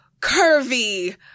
curvy